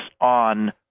on